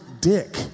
Dick